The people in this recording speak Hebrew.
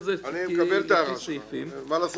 ניסן, לא,